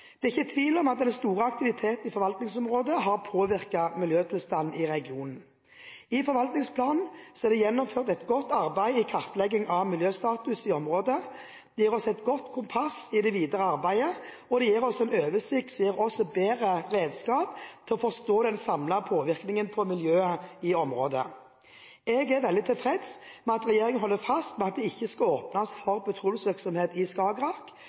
Det er ikke tvil om at den store aktiviteten i forvaltningsområdet har påvirket miljøtilstanden i regionen. I forvaltningsplanen er det gjennomført et godt arbeid i kartleggingen av miljøstatus i området. Det gir oss et godt kompass i det videre arbeidet, og det gir oss en oversikt som gir oss bedre redskaper til å forstå den samlede påvirkningen på miljøet i området. Jeg er veldig tilfreds med at regjeringen holder fast ved at det ikke skal åpnes for petroleumsvirksomhet i Skagerrak.